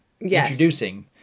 introducing